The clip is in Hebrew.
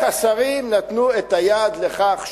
איך השרים נתנו את היד לכך,